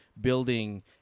building